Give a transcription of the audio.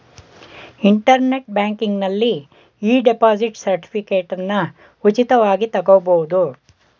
internet ಬ್ಯಾಂಕಿಂಗ್ನಲ್ಲಿ e deposit ಸರ್ಟಿಫಿಕೇಟನ್ನ ಉಚಿತವಾಗಿ ತಗೊಬೋದು